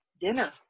dinner